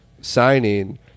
signing